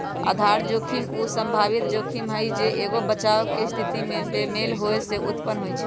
आधार जोखिम उ संभावित जोखिम हइ जे एगो बचाव के स्थिति में बेमेल होय से उत्पन्न होइ छइ